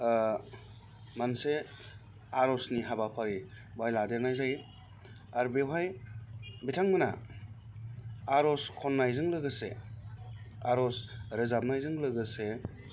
मोनसे आर'जनि हाबाफारि बेहाय लादेरनाय जायो आरो बेवहाय बिथांमोनहा आर'ज खन्नायजों लोगोसे आर'ज रोजाबनायजों लोगोसे